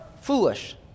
foolish